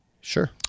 Sure